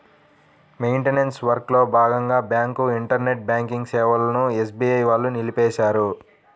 maintenance వర్క్లో భాగంగా bank internet banking సేవలను ఎస్బీఐ వాళ్ళు నిలిపేశారు